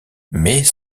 mais